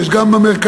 יש גם במרכזי,